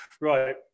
Right